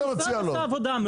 עשינו עבודה-